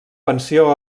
pensió